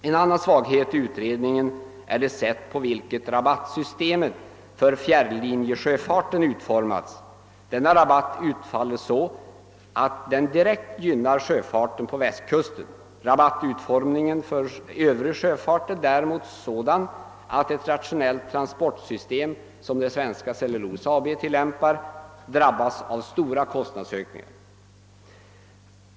En annan svaghet i utredningen är det sätt på vilket rabattsystemet för fjärrlinjesjöfarten utformats. Denna rabatt utfaller så, att den direkt gynnar sjöfarten på västkusten. Rabattutformningen för övrig sjöfart är däremot sådan, att ett rationellt transportsystem som det Svenska Cellulosa AB tillämpar drabbats av stora kostnadsökningar.